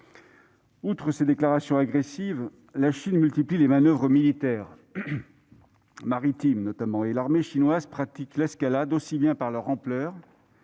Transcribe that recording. Outre ses déclarations agressives, la Chine multiplie les manoeuvres militaires, maritimes notamment, et l'armée chinoise pratique l'escalade, aussi bien par l'ampleur